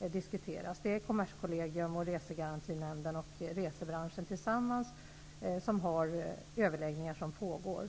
diskuteras. Det är Kommerskollegium, Resegarantinämnden och resebranschen som tillsammans har överläggningar som pågår.